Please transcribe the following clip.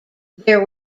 there